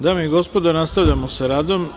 Dame i gospodo, nastavljamo sa radom.